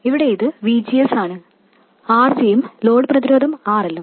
ഇവിടെ ഇത് VGS ആണ് RG യും ലോഡ് പ്രതിരോധം RL ഉം